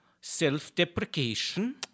Self-deprecation